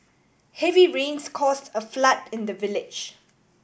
heavy rains caused a flood in the village